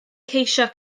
ceisio